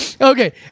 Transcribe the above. Okay